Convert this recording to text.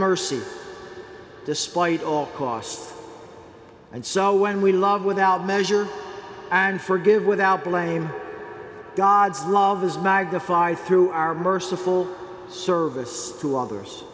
mercy despite all costs and so when we love without measure and forgive without blame god's love is magnified through our merciful service to others